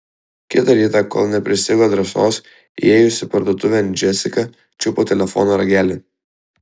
kitą rytą kol nepristigo drąsos įėjusi parduotuvėn džesika čiupo telefono ragelį